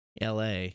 LA